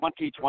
2020